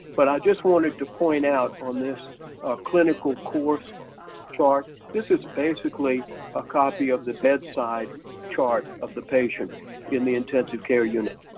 but i just wanted to point out on this clinical course chart, this is basically a copy of the bedside chart of the patient in the intensive care unit.